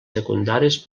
secundaris